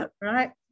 right